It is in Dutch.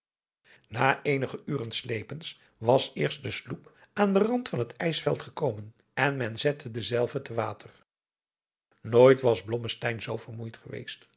na eenige uren slepens was eerst de sloep aan den rand van het ijsveld gekomen en men zette dezelve te water nooit was blommesteyn zoo vermoeid geweest